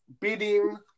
beating